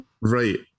Right